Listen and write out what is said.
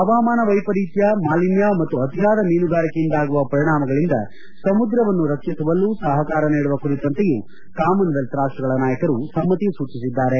ಪವಾಮಾನ ವ್ಯೆಪರೀತ್ಯ ಮಾಲಿನ್ಯ ಮತ್ತು ಅತಿಯಾದ ಮೀನುಗಾರಿಕೆಯಿಂದಾಗುವ ಪರಿಣಾಮಗಳಿಂದ ಸಮುದ್ರವನ್ನು ರಕ್ಷಿಸುವಲ್ಲೂ ಸಹಕಾರ ನೀಡುವ ಕುರಿತಂತೆಯೂ ಕಾಮನ್ವೆಲ್ತ್ ರಾಷ್ಲಗಳ ನಾಯಕರು ಸಮ್ನತಿ ಸೂಚಿಸಿದ್ದಾರೆ